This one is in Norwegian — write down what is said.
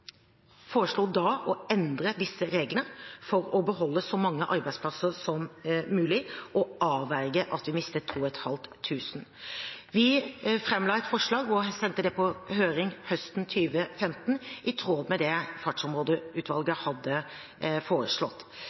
foreslo da å endre disse reglene, for å beholde så mange arbeidsplasser som mulig, og avverge at vi mistet 2 500. Vi framla et forslag og sendte det på høring høsten 2015, i tråd med det fartsområdeutvalget hadde foreslått,